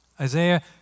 Isaiah